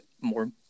more